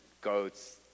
goats